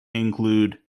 include